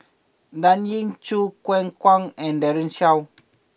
Dan Ying Choo Keng Kwang and Daren Shiau